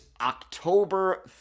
October